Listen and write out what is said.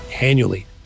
annually